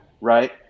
Right